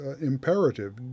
imperative